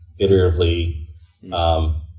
iteratively